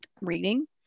reading